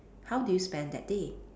how do you spend that day